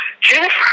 Jennifer